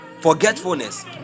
Forgetfulness